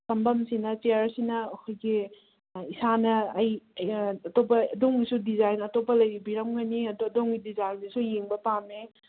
ꯐꯝꯕꯝꯁꯤꯅ ꯆꯤꯌꯔꯁꯤꯅ ꯑꯩꯈꯣꯏꯒꯤ ꯏꯁꯥꯅ ꯑꯩ ꯑꯇꯣꯞꯄ ꯑꯗꯣꯝꯒꯤꯁꯨ ꯗꯤꯖꯥꯏꯟ ꯑꯇꯣꯞꯄ ꯂꯩꯕꯤꯔꯝꯒꯅꯤ ꯑꯗꯣ ꯑꯗꯣꯝꯒꯤ ꯗꯤꯖꯥꯏꯟꯗꯨꯁꯨ ꯌꯦꯡꯕ ꯄꯥꯝꯃꯦ